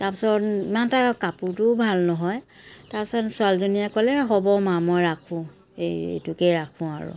তাৰ পাছত ইমান এটা কাপোৰটোও ভাল নহয় তাৰ পিছত ছোৱালীজনীয়ে ক'লে হ'ব মা মই ৰাখোঁ এই এইটোকে ৰাখোঁ আৰু